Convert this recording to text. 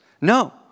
No